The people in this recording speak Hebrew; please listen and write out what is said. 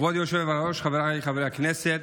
כבוד היושב-ראש, חבריי חברי הכנסת,